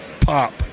pop